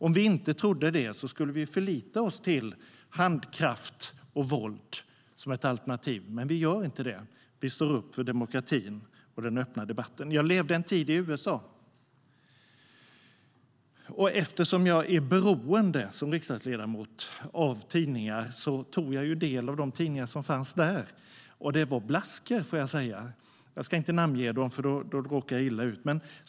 Om vi inte trodde det skulle vi förlita oss på handkraft och våld som ett alternativ. Men vi gör inte det. Vi står upp för demokratin och den öppna debatten. Jag levde en tid i USA. Eftersom jag i mitt arbete som riksdagsledamot är beroende av tidningar tog jag del av de tidningar som fanns där. Det var blaskor. Jag ska inte namnge dem, för då råkar jag illa ut.